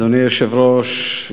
אדוני היושב-ראש,